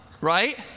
Right